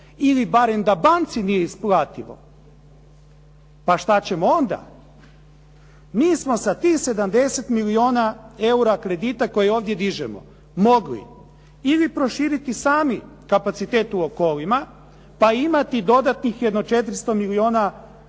Ili barem da banci nije isplativo. Pa što ćemo onda? Mi smo sa tih 70 milijuna eura kredita koje ovdje dižemo mogli ili proširiti sami kapacitet u Okolima pa imati dodatnih jedno 400 milijuna kubika